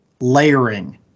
layering